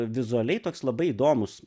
vizualiai toks labai įdomus